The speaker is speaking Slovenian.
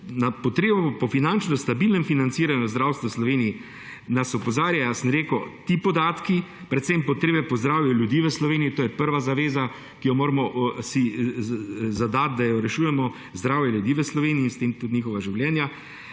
na potrebo po finančno stabilnem financiranju zdravstva v Sloveniji nas opozarjajo ti podatki, predvsem potrebe po zdravju ljudi v Sloveniji, to je prva zaveza, ki si jo moramo zadati, da jo rešujemo, zdravje ljudi v Sloveniji in s tem tudi njihova življenja.